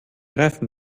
reifen